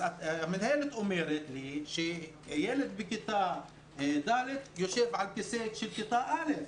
המנהלת אומרת לי שילד בכיתה ד' יושב על כיסא של כיתה א'.